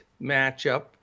matchup